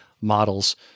models